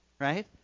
right